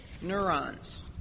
neurons